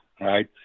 right